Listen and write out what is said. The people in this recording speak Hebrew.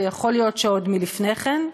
ויכול להיות שעוד לפני כן,